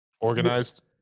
Organized